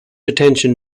attention